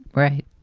right.